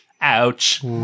ouch